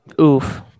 Oof